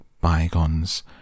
bygones